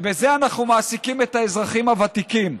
ובזה אנחנו מעסיקים את האזרחים הוותיקים.